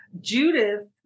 Judith